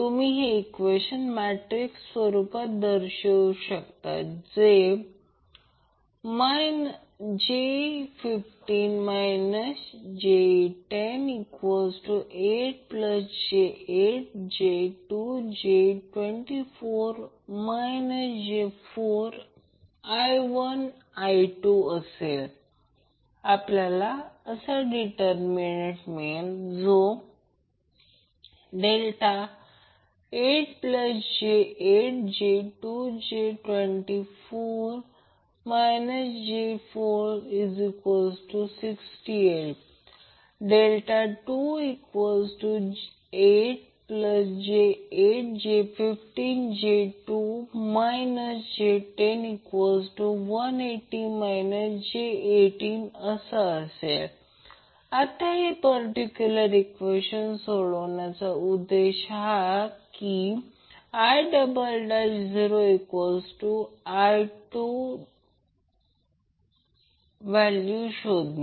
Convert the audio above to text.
तुम्ही हे equation matrix अशा रूपात दर्शवू शकता j50 j10 8j8 j2 j2 4 j4 I1 I2 आपल्याला डीटरमीनंट असा मिळेल ∆8j8 j2 j2 4 j4 68 ∆28j8 j50 j2 j10 180 j80 आता हे पर्टीक्युलर ईक्वेशन सोडवण्याचा उद्देश हा की I0 I2 व्हॅल्यू शोधणे